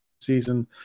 season